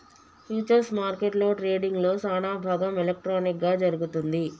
futures మార్కెట్లో ట్రేడింగ్లో సానాభాగం ఎలక్ట్రానిక్ గా జరుగుతుంది